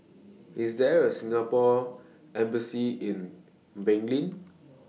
IS There A Singapore Embassy in Benin